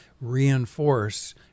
reinforce